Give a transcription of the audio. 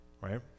right